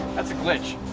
that's a glitch.